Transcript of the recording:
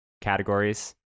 categories